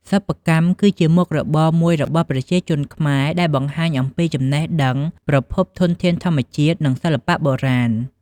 សិប្បកម្ម គឺជាមុខរបរមួយរបស់ប្រជាជនខ្មែរដែលបង្ហាញអំពីចំណេះដឹង ប្រភពធនធានធម្មជាតិ និងសិល្បៈបុរាណ។